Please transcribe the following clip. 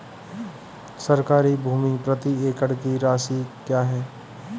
सरकारी भूमि प्रति एकड़ की राशि क्या है?